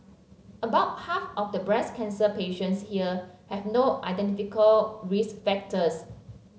about half of the breast cancer patients here have no identifiable risk factors